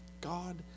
God